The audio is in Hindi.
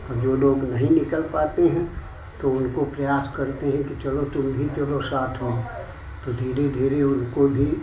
और जो लोग नहीं निकल पाते हैं तो उनको प्रयास करते हैं कि चलो तुम भी चलो साथ में तो धीरे धीरे उनको भी